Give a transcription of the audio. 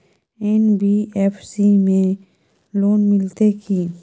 NBFC में loan मिलते की?